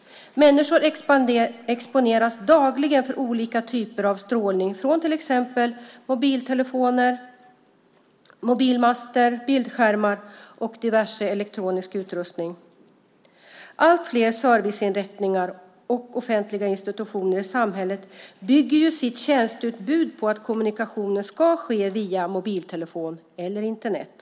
Människor exponeras dagligen för olika typer av strålning från till exempel mobiltelefoner, mobilmaster, bildskärmar och diverse elektrisk utrustning. Allt fler serviceinrättningar och offentliga institutioner i samhället bygger sitt tjänsteutbud på att kommunikationen ska ske via mobiltelefon eller Internet.